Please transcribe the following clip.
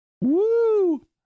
Woo